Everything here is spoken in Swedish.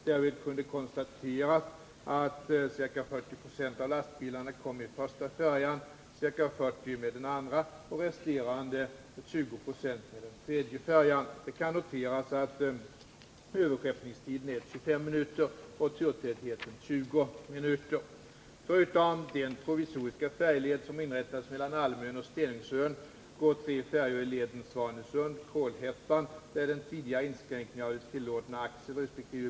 Därvid kunde konstateras att ca 40 90 av lastbilarna kom med första färjan, ca 40 96 med den andra och resterande 20 20 med den tredje färjan. Det kan noteras att överskeppningstiden är 25 minuter och turtätheten 20 minuter. Förutom den provisoriska färjeled som har inrättats mellan Almön och Stenungsön går tre färjor i leden Svanesund-Kolhättan, där den tidigare inskränkningen av det tillåtna axelresp.